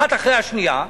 אחת אחרי השנייה,